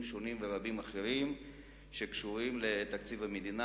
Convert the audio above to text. שונים רבים אחרים שקשורים לתקציב המדינה.